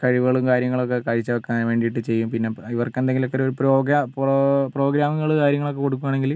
കഴിവുകളും കാര്യങ്ങളൊക്കെ കൈ ചേർക്കാൻ വേണ്ടീട്ട് ചെയ്യും പിന്നെ ഇവർക്കെന്തെങ്കിലൊക്കൊരു പ്രോ പ്രോഗ്രാം പ്രോഗ്രാമുകൾ കാര്യങ്ങളൊക്കെ കൊടുക്കുക ആണെങ്കിൽ